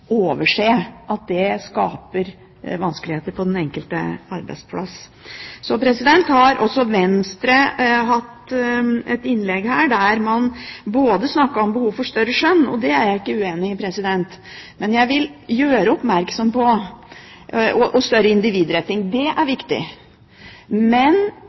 overse at de praktiske problemene på Nav-kontorene knyttet til ulik arbeidstid og avlønning og den type ting skaper vanskeligheter på den enkelte arbeidsplass. Så har også Venstre hatt et innlegg her, der man snakket både om behov for større skjønn – og det er jeg ikke uenig i – og større individretting. Det er viktig. Men jeg vil